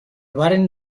varen